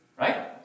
Right